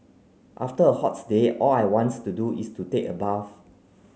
after a hot day all I want to do is to take a bath